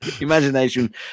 imagination